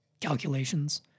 calculations